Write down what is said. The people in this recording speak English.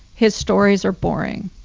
his stories are boring.